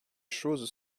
choses